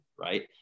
Right